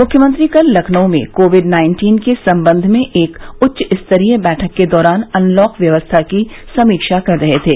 मुख्यमंत्री कल लखनऊ में कोविड नाइन्टीन के संबंध में एक उच्चस्तरीय बैठक के दौरान अनलॉक व्यवस्था की सर्मीक्षा कर रहे थे